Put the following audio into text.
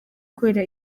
kubera